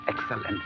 Excellent